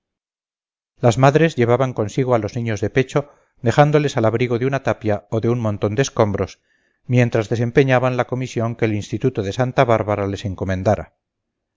las madres llevaban consigo a los niños de pecho dejándoles al abrigo de una tapia o de un montón de escombros mientras desempeñaban la comisión que el instituto de santa bárbara les encomendara